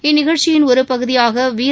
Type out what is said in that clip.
இந்நிகழ்ச்சியின் ஒருபகுதியாக வீர்